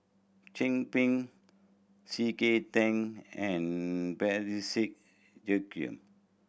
Chin Peng C K Tang and Parsick Joaquim